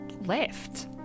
left